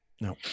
No